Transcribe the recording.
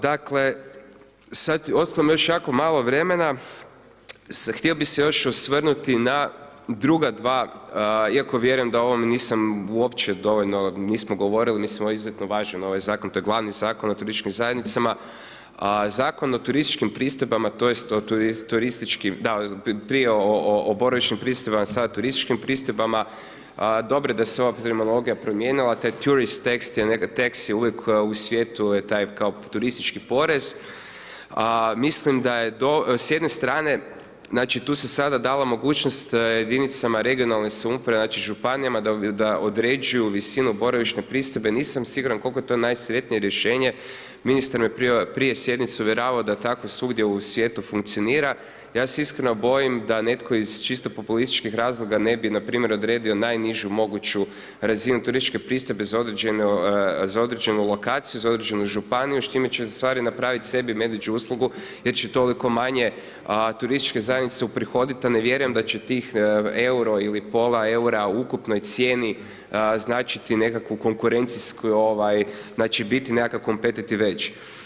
Dakle, ostalo mi je još jako malo vremena, htio bih se još osvrnuti na druga dva, iako vjerujem da o ovom nisam uopće dovoljno, nismo govorili, mislim ovo je izuzetno važan ovaj Zakon, to je glavni Zakon o turističkim zajednicama, a Zakon o turističkim pristojbama tj. o turističkim, da, prije o boravišnim pristojbama, sad turističkim pristojbama, dobro da se ova terminologija promijenila, taj tjurist tekst je uvijek u svijetu je taj kao turistički porez, a mislim da je s jedne strane, znači, tu se sada dala mogućnost jedinicama regionalne samouprave, znači, županijama da određuju visinu boravišne pristojbe, nisam siguran koliko je to najsretnije rješenje, ministar me prije sjednice uvjeravao da tako svugdje u svijetu funkcionira, ja se iskreno bojim da netko iz čisto populističkih razloga ne bi npr. odredio najnižu moguću razinu turističke pristojbe za određenu lokaciju, za određenu županiju, s čime će u stvari napraviti sebi medveđu uslugu jer će toliko manje turističke zajednice uprihoditi, a ne vjerujem da će tih euro ili pola eura u ukupnoj cijeni značiti nekakvu konkurencijsku, znači, biti nekakav kompetitiv već.